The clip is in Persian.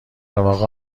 واقع